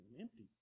empty